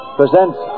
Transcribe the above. presents